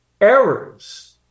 errors